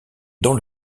dans